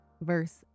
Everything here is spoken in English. verse